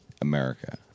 America